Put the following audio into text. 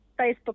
Facebook